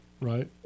Right